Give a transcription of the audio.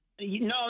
No